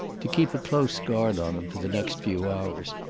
to keep a close guard on him for the next few hours,